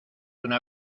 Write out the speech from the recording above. una